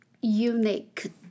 unique